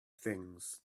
things